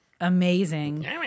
amazing